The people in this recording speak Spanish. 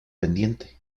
pendiente